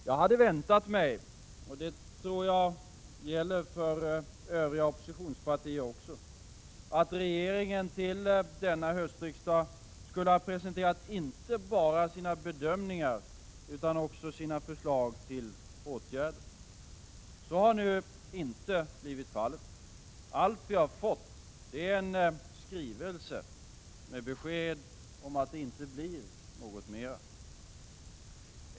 Jag hade väntat mig — och det tror jag gäller för övriga oppositionspartier också — att regeringen till denna höstriksdag skulle ha presenterat inte bara sina bedömningar utan också sina förslag till åtgärder. Så har nu inte blivit fallet. Allt vi har fått är en skrivelse med besked om att det inte blir något mera.